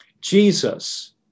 Jesus